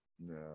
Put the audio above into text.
No